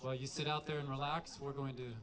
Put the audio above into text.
well you sit out there and relax we're going to